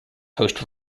host